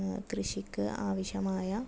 കൃഷിക്ക് ആവശ്യമായ